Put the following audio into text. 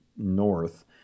north